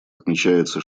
отмечается